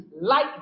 Light